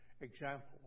example